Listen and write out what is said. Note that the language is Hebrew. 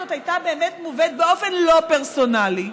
הזאת הייתה באמת מובאת באופן לא פרסונלי,